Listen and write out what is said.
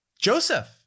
Joseph